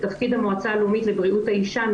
ותפקיד המועצה הלאומית לבריאות האישה,